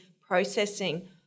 processing